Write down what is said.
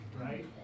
right